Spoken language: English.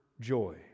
joy